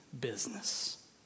business